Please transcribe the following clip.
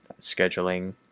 scheduling